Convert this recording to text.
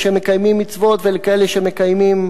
לכאלה שמקיימים מצוות ולכאלה שמקיימים